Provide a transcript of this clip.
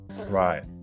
right